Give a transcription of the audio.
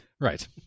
Right